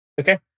Okay